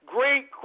Great